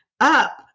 up